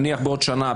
נניח בעוד שנה,